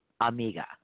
Amiga